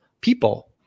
people